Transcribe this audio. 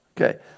Okay